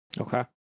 Okay